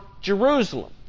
Jerusalem